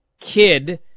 kid